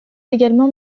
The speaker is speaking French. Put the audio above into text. également